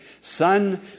Son